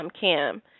Cam